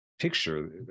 picture